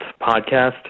podcast